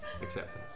acceptance